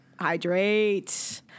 Hydrate